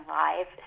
live